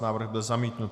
Návrh byl zamítnut.